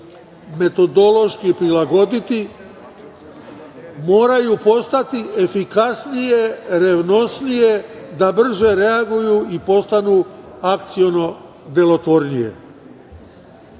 metodološki prilagoditi, moraju postati efikasnije, revnosnije, da brže reaguju i postanu akciono delotvornije. Sve